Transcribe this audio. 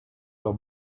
der